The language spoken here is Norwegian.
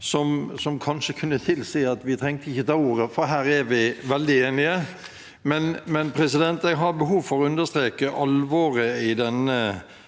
som kanskje kunne tilsi at vi ikke trengte å ta ordet, for her er vi veldig enige. Likevel har jeg behov for å understreke alvoret i denne